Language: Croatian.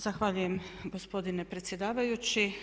Zahvaljujem gospodine predsjedavajući.